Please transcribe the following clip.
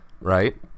right